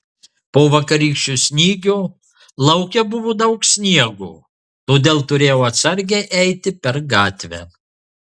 po vakarykščio snygio lauke buvo daug sniego todėl turėjau atsargiai eiti per gatvę